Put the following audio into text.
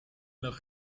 nach